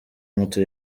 moto